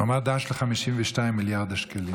הוא אמר: ד"ש ל-52 מיליארד השקלים.